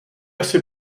asi